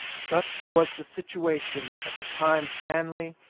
such was the situation at the time stanley,